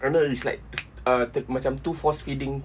and then it's like uh macam too force-feeding